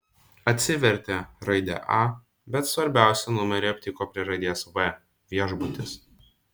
atsivertė raidę a bet svarbiausią numerį aptiko prie raidės v viešbutis